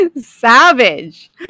Savage